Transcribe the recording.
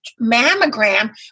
mammogram